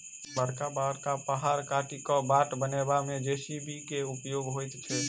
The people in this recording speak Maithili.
बड़का बड़का पहाड़ काटि क बाट बनयबा मे जे.सी.बी के उपयोग होइत छै